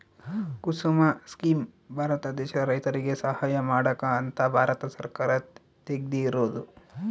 ಕುಸುಮ scheme Bharat ದೇಶದ ರೈತರಿಗೆ ಸಹಾಯ ಮಾಡಕ ಅಂತ ಭಾರತ ಸರ್ಕಾರ ತೆಗ್ದಿರೊದು